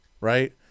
right